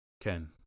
Ken